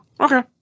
Okay